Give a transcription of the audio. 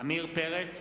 עמיר פרץ